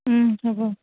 হ'ব